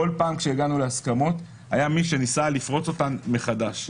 בכל פעם כשהגענו להסכמות היה מי שניסה לפרוץ אותן מחדש.